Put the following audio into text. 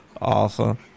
Awesome